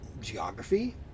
geography